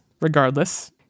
regardless